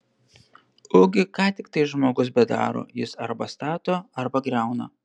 ugi ką tiktai žmogus bedaro jis arba stato arba griauna